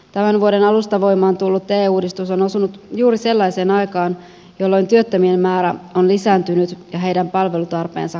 tämän vuoden alusta voimaan tullut te uudistus on osunut juuri sellaiseen aikaan jolloin työttömien määrä on lisääntynyt ja heidän palvelutarpeensa kasvanut